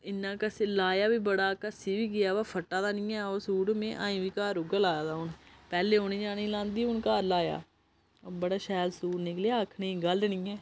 इन्ना घस्सियै लाया बी बड़ा घसी बी गेआ बा फट्टा दा नी ऐ ओह् सूट में अजें बी घर उ'यै लाए दा हून पैह्ले औने जाने लांदी ही हून घर लाया बड़ा शैल सूट निकलेआ आखने दी गल्ल नी ऐ